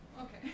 Okay